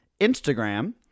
Instagram